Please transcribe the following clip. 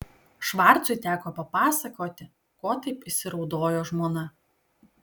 švarcui teko papasakoti ko taip įsiraudojo žmona